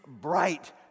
bright